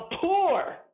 poor